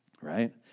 Right